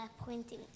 pointing